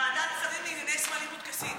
ועדת שרים לענייני סמלים וטקסים.